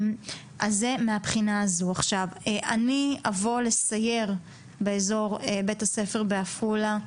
אני אבוא לסייר בבית הספר בעפולה,